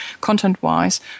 content-wise